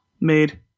made